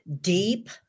deep